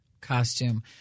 costume